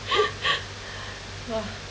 ah